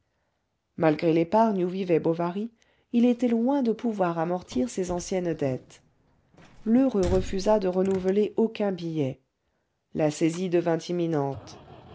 malgré l'épargne où vivait bovary il était loin de pouvoir amortir ses anciennes dettes lheureux refusa de renouveler aucun billet la saisie devint imminente